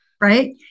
Right